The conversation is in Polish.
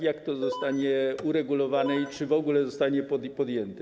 Jak to zostanie uregulowane i czy w ogóle zostanie podjęte?